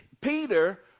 Peter